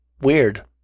weird